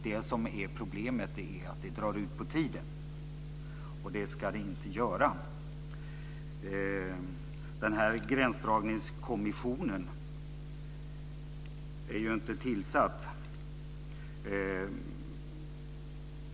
Det som är problemet är att det drar ut på tiden, och det ska det inte göra. Den här gränsdragningskommissionen är ju inte tillsatt.